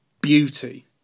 beauty